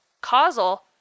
Causal